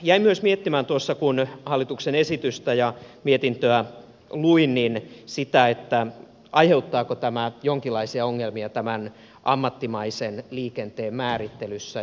jäin myös miettimään kun hallituksen esitystä ja mietintöä luin sitä aiheuttaako tämä jonkinlaisia ongelmia tämän ammattimaisen liikenteen määrittelyssä